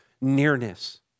nearness